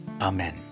Amen